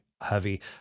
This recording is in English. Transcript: heavy